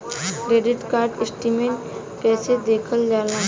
Credit card statement कइसे देखल जाला?